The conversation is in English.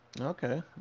Okay